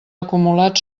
acumulat